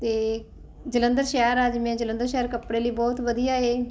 ਅਤੇ ਜਲੰਧਰ ਸ਼ਹਿਰ ਆ ਜਿਵੇਂ ਜਲੰਧਰ ਸ਼ਹਿਰ ਕੱਪੜੇ ਲਈ ਬਹੁਤ ਵਧੀਆ ਹੈ